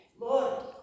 Lord